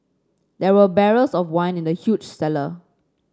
there were barrels of wine in the huge cellar